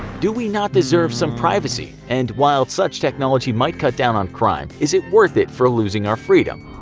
do we not deserve some privacy, and while such technology might cut down on crime, is it worth it for losing our freedom.